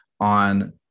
on